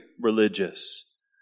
religious